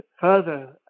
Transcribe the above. further